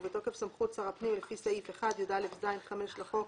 ובתוקף סמכות שר הפנים לפי סעיף 1יא(ז)(5) לחוק,